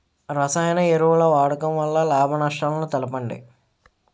రసాయన ఎరువుల వాడకం వల్ల లాభ నష్టాలను తెలపండి?